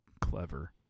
clever